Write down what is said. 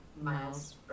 Miles